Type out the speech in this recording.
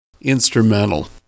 Instrumental